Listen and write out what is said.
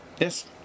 yes